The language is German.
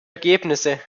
ergebnisse